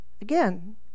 Again